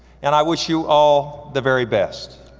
and i wish you all the very best.